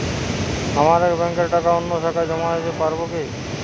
আমার এক ব্যাঙ্কের টাকা অন্য শাখায় জমা দিতে পারব কি?